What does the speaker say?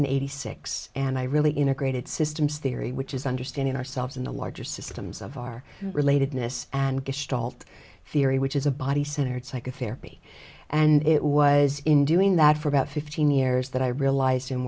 in eighty six and i really integrated systems theory which is understanding ourselves in the larger systems of our relatedness and dalt theory which is a body centered psychotherapy and it was in doing that for about fifteen years that i realised